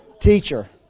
teacher